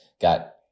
got